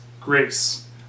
grace